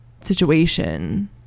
situation